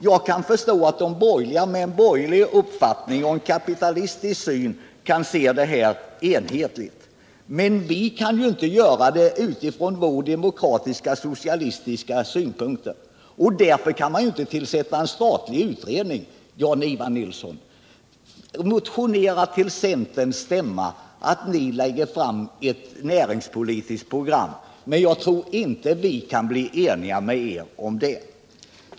Jag kan förstå att de borgerliga, med en borgerlig uppfattning och en kapitalistisk syn, kan se detta enhetligt. Men vi kan inte göra det utifrån våra demokratiska socialistiska synpunkter. Därför kan man inte tillsätta en statlig utredning, Jan-Ivan Nilsson. Motionera till centerns stämma om att centern lägger fram ett näringspolitiskt program! Men jag tror inte vi kan bli eniga med er om det.